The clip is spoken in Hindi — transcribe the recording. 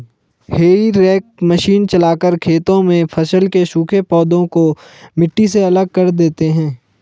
हेई रेक मशीन चलाकर खेतों में फसल के सूखे पौधे को मिट्टी से अलग कर देते हैं